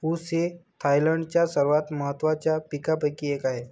ऊस हे थायलंडच्या सर्वात महत्त्वाच्या पिकांपैकी एक आहे